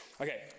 Okay